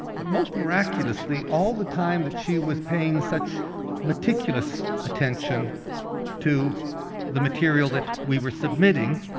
but most miraculously, all the time that she was paying such meticulous attention to the material that we were submitting,